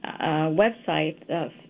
website